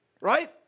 right